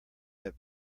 that